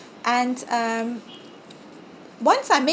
and um once I make